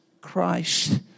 Christ